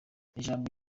ijambo